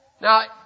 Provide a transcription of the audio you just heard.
Now